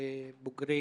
בבוגרי